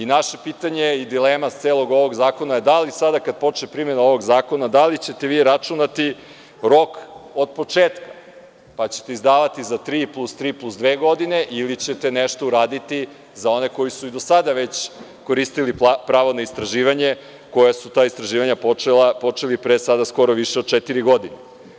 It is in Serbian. Naše pitanje i dilema celog ovog zakona je da li sada kada počne primena ovog zakona, da li ćete vi računati rok od početka, pa ćete izdavati za tri plus tri plus dve godine ili ćete nešto uraditi za one koji su i do sada koristili pravo na istraživanje, a koji su ta istraživanja počeli pre skoro, sada već više od četiri godine.